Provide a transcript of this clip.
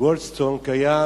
גולדסטון קיים